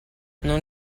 non